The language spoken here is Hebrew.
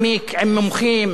עם אינטלקטואלים,